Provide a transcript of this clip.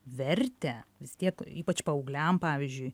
vertę vis tiek ypač paaugliam pavyzdžiui